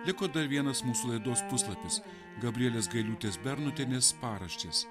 liko dar vienas mūsų laidos puslapis gabrielės gailiūtės bernotienės paraštės